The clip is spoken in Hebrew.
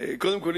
קודם כול,